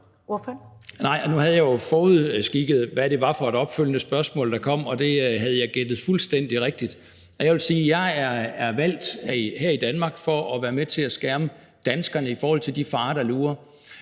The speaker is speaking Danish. nu havde jeg jo forudskikket, hvad det var for et opfølgende spørgsmål, der kom, og der havde jeg gættet fuldstændig rigtigt. Jeg vil sige, at jeg er valgt her i Danmark for at være med til at skærme danskerne mod de farer, der lurer.